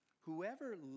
whoever